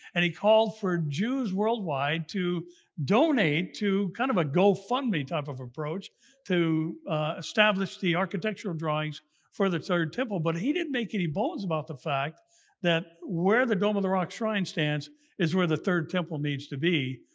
and he called for jews worldwide to donate to a kind of a go fund me type of approach to establish the architectural drawings for the third temple. but he didn't make any bones about the fact that where the dome of the rock shrine stands is where the third temple needs to be.